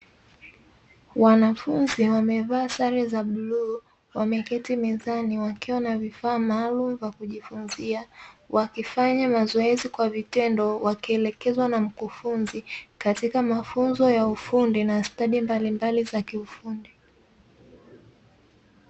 Wanafunzi wamevaa sare za bluu wameketi wakiwa na vifaa maalumu vya kujifunzia wakifanya mazoezi kwa vitendo wakielekezwa na mkufunzi katika mafunzo ya ufundi na stadi mbalimbali za kiufundi.